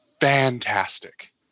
fantastic